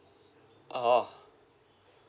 orh